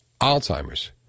Alzheimer's